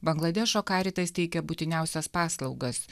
bangladešo karitas teikia būtiniausias paslaugas